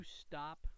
stop